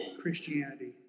Christianity